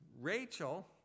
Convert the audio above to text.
Rachel